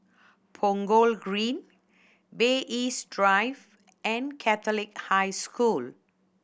Punggol Green Bay East Drive and Catholic High School